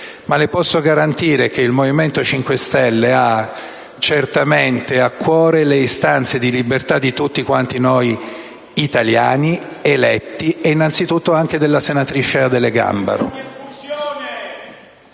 ma le posso garantire che il Movimento 5 Stelle ha certamente a cuore le istanze di libertà di tutti quanti noi italiani eletti e innanzitutto della senatrice Adele Gambaro.